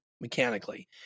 mechanically